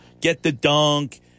get-the-dunk